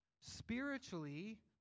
spiritually